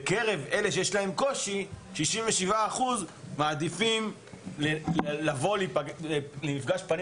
אלא בקרב אלה שיש להם קושי 67% מעדיפים לבוא למפגש פנים